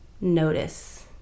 notice